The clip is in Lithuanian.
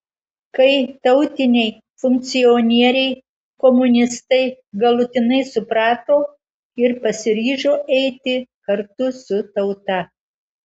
kai tautiniai funkcionieriai komunistai galutinai suprato ir pasiryžo eiti kartu su tauta